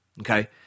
okay